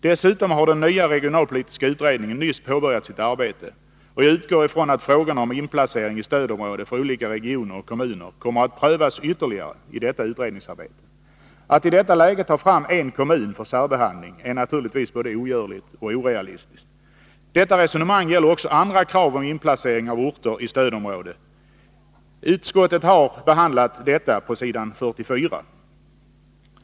Dessutom har den nya regionalpolitiska utredningen nyss påbörjat sitt arbete, och jag utgår ifrån att frågorna om inplacering i stödområde för olika regioner och kommuner kommer att prövas ytterligare i detta utredningsarbete. Att i detta läge ta fram en kommun för särbehandling är naturligtvis både ogörligt och orealistiskt. Detta resonemang gäller också andra krav på inplacering av orter i stödområde. Utskottet har behandlat detta på s. 44.